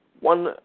One